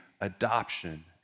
adoption